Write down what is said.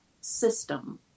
system